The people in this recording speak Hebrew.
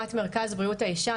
הקמת מרכז בריאות האישה.